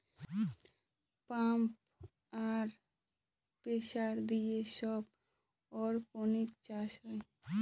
pump আর pressure দিয়ে সব অরপনিক্স চাষ হয়